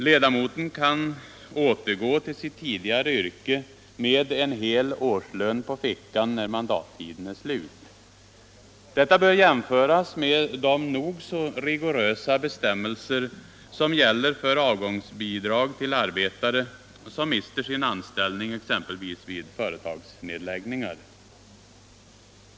Ledamoten kan återgå till sitt tidigare yrke med en hel årslön på fickan när mandattiden är slut. Detta bör jämföras med de nog så rigorösa bestämmelser som gäller för avgångsbidrag till arbetare som mister sin anställning, exempelvis vid företagsnedläggningar.